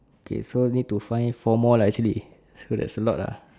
okay so need to find four more lah actually so there's a lot lah